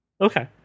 Okay